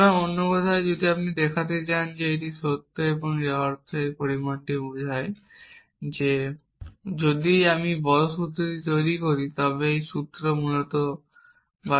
সুতরাং অন্য কথায় আপনি যদি দেখাতে চান যে এটি সত্য এর অর্থ এই পরিমাণটি বোঝায় যে যদি আমি বড় সূত্রটি তৈরি করি তবে এটি সত্য বা টাটলজি